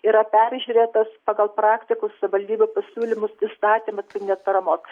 yra peržiūrėtas pagal praktikų savivaldybių pasiūlymus įstatymus piniginės paramos